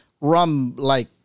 Rum-like